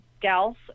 gals